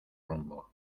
rumbo